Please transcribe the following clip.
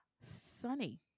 Sunny